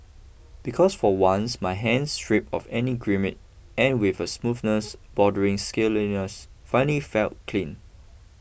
because for once my hands strip of any grime and with a smoothness bordering scaliness finally felt clean